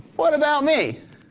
what about me.